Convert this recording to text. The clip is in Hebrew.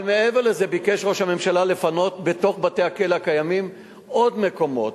אבל מעבר לזה ביקש ראש הממשלה לפנות בתוך בתי-הכלא הקיימים עוד מקומות.